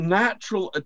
natural